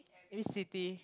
each city